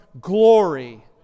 glory